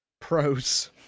pros